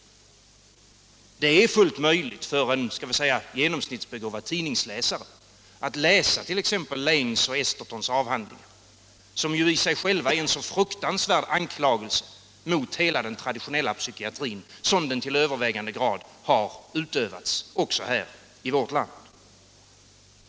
Det är fullt möjligt för en genomsnittsbegåvad tidningsläsare att läsa t.ex. Laings och Estersons avhandlingar, som ju i sig själva är en så fruktansvärd anklagelse mot hela den traditionella psykiatrin såsom den till övervägande grad har utövats också här i vårt land.